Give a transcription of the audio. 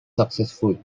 successful